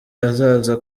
azaza